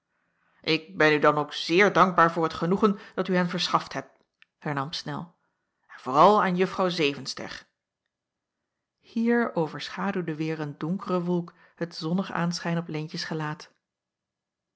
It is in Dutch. ik ben u dan ook zeer dankbaar voor het genoegen dat u hen verschaft hebt hernam snel en vooral aan juffrouw zevenster hier overschaduwde weêr een donkere wolk het zonnig aanschijn op leentjes gelaat